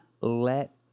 let